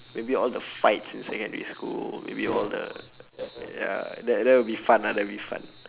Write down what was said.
maybe all the fights in secondary school maybe all the ya that that will be fun ah that'll be fun